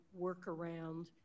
workaround